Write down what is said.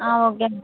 ఆ ఓకే